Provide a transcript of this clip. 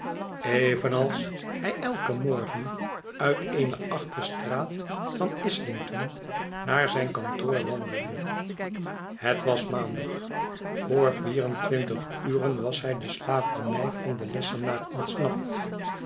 evenals hij elken morgen uit eene achterstraat van islington naar zijn kantoor wandelde het was maandag voor vier en twintig uren was hij de slavernij van den lessenaar ontsnapt